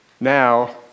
Now